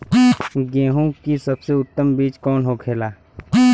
गेहूँ की सबसे उत्तम बीज कौन होखेला?